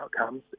outcomes